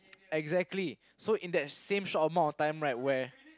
exactly so in that same short amount of time right where